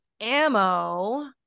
ammo